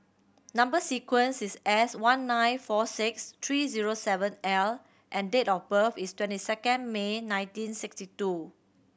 number sequence is S one nine four six three zero seven L and date of birth is twenty second May nineteen sixty two